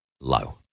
low